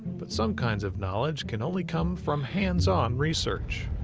but some kinds of knowledge can only come from hands-on research.